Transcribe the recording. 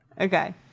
okay